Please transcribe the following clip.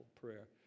prayer